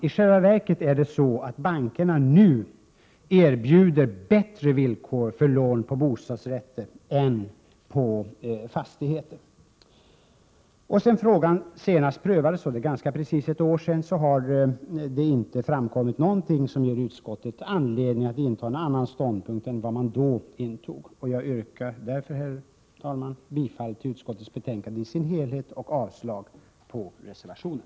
I själva verket är det så att bankerna nu erbjuder bättre villkor för lån på bostadsrätter än på fastigheter. Sedan frågan senast prövades för ganska precis ett år sedan har det inte framkommit någonting som ger utskottet anledning att inta en annan ståndpunkt än vad man då gjorde. Jag yrkar därför, herr talman, bifall till utskottets hemställan i dess helhet och avslag på reservationen.